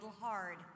hard